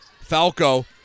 Falco